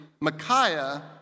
Micaiah